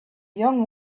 young